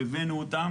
הבאנו אותם